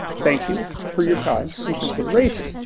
thank you for your time and consideration.